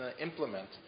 implement